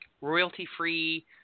royalty-free